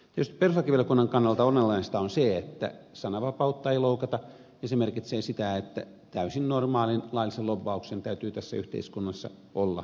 tietysti perustuslakivaliokunnan kannalta ongelmallista on se jos sananvapautta loukataan ja se merkitsee sitä että täysin normaalin laillisen lobbauksen täytyy tässä yhteiskunnassa olla mahdollista